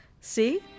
See